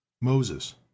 Moses